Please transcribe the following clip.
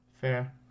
Fair